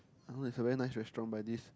I know is a very nice restaurant but this